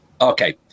Okay